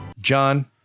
John